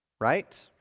Right